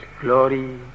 glory